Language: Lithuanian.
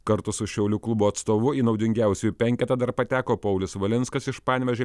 kartu su šiaulių klubo atstovu į naudingiausiųjų penketą dar pateko paulius valinskas iš panevėžio